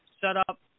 setup